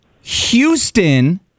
Houston